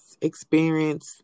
experience